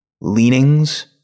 leanings